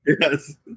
Yes